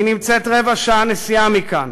היא נמצאת רבע שעה נסיעה מכאן.